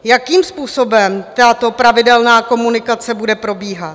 Jakým způsobem tato pravidelná komunikace bude probíhat?